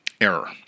error